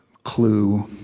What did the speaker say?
clue,